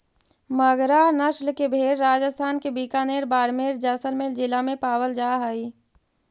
मगरा नस्ल के भेंड़ राजस्थान के बीकानेर, बाड़मेर, जैसलमेर जिला में पावल जा हइ